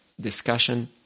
discussion